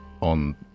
on